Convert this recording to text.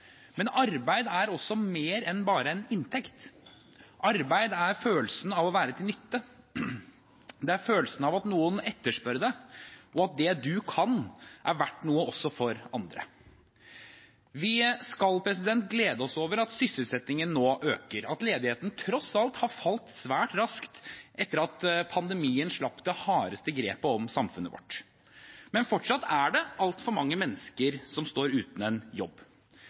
men arbeid er også mer enn bare en inntekt. Arbeid er følelsen av å være til nytte. Det er følelsen av at noen etterspør en, og at det man kan, er verdt noe også for andre. Vi skal glede oss over at sysselsettingen nå øker, at ledigheten tross alt har falt svært raskt etter at pandemien slapp det hardeste grepet om samfunnet vårt, men fortsatt er det altfor mange mennesker som står uten en jobb.